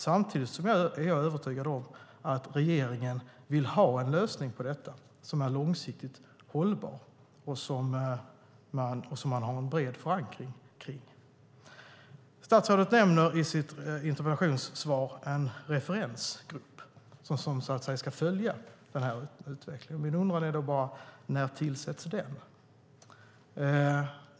Samtidigt är jag övertygad om att regeringen vill ha en lösning på detta som är långsiktigt hållbar och som man har en bred förankring kring. Statsrådet nämner i sitt interpellationssvar en referensgrupp som ska följa den här utvecklingen. När tillsätts den?